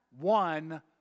one